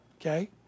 Okay